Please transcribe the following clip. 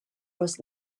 was